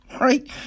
right